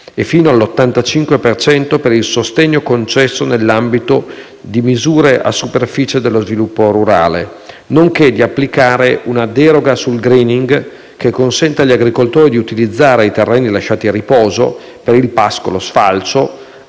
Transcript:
e fino all'85 per cento per il sostegno concesso nell'ambito delle misure a superficie dello sviluppo rurale, nonché di applicare una deroga sul *greening* che consenta agli agricoltori di utilizzare i terreni lasciati a riposo per il pascolo e lo